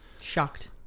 shocked